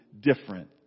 different